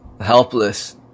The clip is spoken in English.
helpless